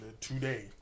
today